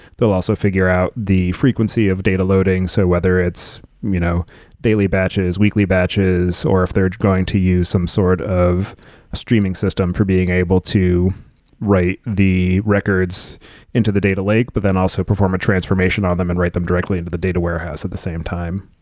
they'll also figure out the frequency of data loading. so whether it's you know daily batches, weekly batches, or if they're going to use some sort of a streaming system for being able to write the records into the data lake, but then also perform a transformation on them and write them directly into the data warehouse at the same time.